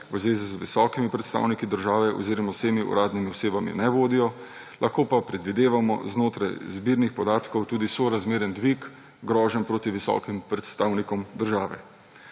v zvezi z visokimi predstavniki države oziroma vsemi uradnimi osebami ne vodijo. Lahko pa predvidevamo znotraj zbirnih podatkov tudi sorazmeren dvig groženj poti visokim predstavnikom države.